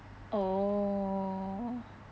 oh